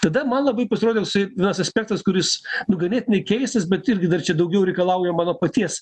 tada man labai pasirodė toksai vienas aspektas kuris nu ganėtinai keistas bet irgi dar čia daugiau reikalauja mano paties